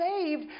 saved